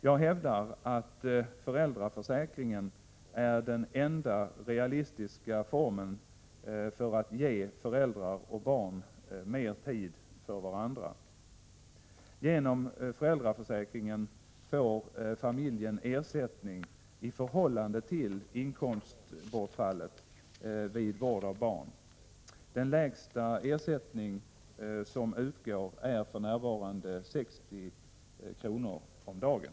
Jag hävdar att föräldraförsäkringen är den enda realistiska formen för att ge föräldrar och barn mera tid för varandra. Genom föräldraförsäkringen får familjerna ersättning i förhållande till inkomstbortfallet vid vård av barn. Den lägsta ersättning som utgår är för närvarande 60 kr. om dagen.